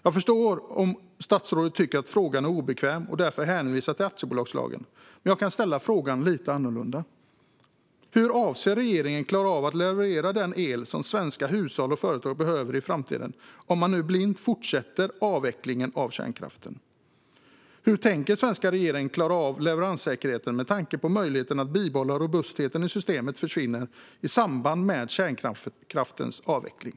Jag förstår om statsrådet tycker att frågan är obekväm och därför hänvisar till aktiebolagslagen. Men jag kan ställa frågan lite annorlunda: Hur avser regeringen att klara av att leverera den el som svenska hushåll och företag behöver i framtiden, om man nu blint fortsätter avvecklingen av kärnkraften? Hur tänker den svenska regeringen klara av leveranssäkerheten, med tanke på att möjligheten att bibehålla robustheten i systemet försvinner i samband med kärnkraftens avveckling?